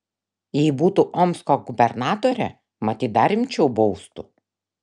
jei būtų omsko gubernatore matyt dar rimčiau baustų